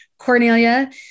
Cornelia